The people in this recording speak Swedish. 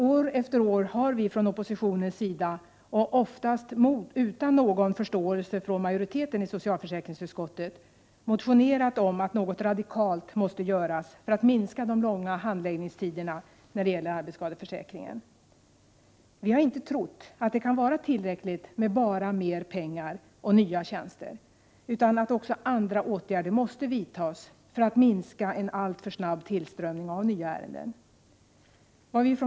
År efter år har vi, oftast utan någon förståelse från majoriteten i socialförsäkringsutskottet, motionerat om att något radikalt måste göras för att minska de långa handläggningstiderna när det gäller arbetsskadeförsäkringen. Vi har inte trott att det kan vara tillräckligt med bara mer pengar och nya tjänster, utan att också andra åtgärder måste vidtas för att minska en alltför snabb tillströmning av nya ärenden.